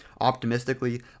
Optimistically